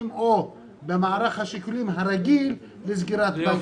או במערך השיקולים הרגיל לסגירת בנקים.